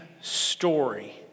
story